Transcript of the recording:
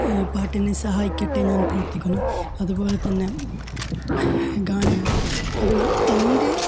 പാട്ട് എന്നെ സഹായിക്കട്ടെ എന്ന് ഞാന് പ്രാര്ത്ഥിക്കുന്നു അതുപോലെ തന്നെ ഗാനം അത് എന്റെ